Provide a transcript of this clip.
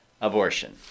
abortion